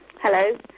Hello